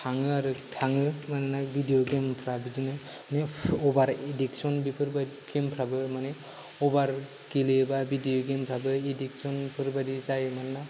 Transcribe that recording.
थाङो आरो थाङो मानोना भिडिअ गेमफ्रा बिदिनो अभार इदिकसन थिमफ्राबो माने अभार गेलेयोबा भिडिअ गेमफ्राबो इदिकसनफोर बायदि जायो मानोना